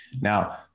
Now